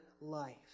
life